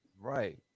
Right